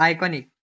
Iconic